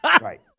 Right